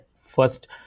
first